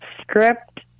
script